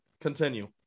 Continue